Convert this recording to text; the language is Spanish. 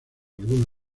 algunos